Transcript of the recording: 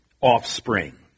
offspring